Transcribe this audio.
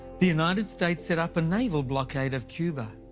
the united states set up a naval blockade of cuba.